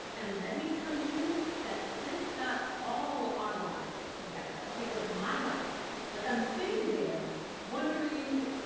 and let me tell you that sis got all our lives together. okay? like my life, like, i'm sitting there wondering,